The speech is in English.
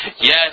yes